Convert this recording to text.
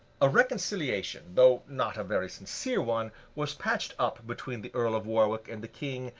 a reconciliation, though not a very sincere one, was patched up between the earl of warwick and the king,